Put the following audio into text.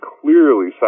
clearly